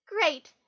Great